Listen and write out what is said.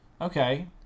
Okay